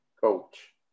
coach